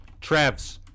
Travs